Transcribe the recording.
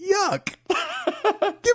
Yuck